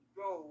go